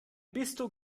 bistro